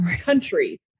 country